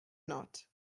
not